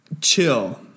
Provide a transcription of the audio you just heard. Chill